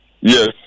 yes